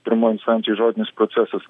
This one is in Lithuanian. pirmoj instancijoj žodinis procesas